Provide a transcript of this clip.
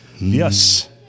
yes